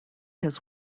his